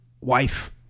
wife